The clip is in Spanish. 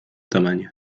tamaño